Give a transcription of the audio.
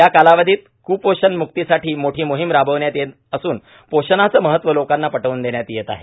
या कालावधीत कुपोषणमुक्तीसाठी मोठी मोहिम राबविण्यात येत असून पोषणाचं महत्व लोकांना पटवून देण्यात येत आहे